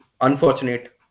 unfortunate